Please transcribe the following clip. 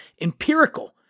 empirical